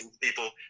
People